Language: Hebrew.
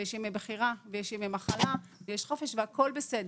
ימי בחירה ויש ימי מחלה ויש חופש והכול בסדר,